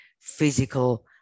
physical